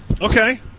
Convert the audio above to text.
Okay